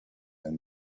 and